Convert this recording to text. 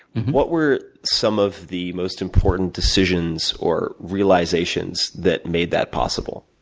what were some of the most important decisions or realizations that made that possible?